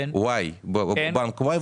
Y בבנק Y,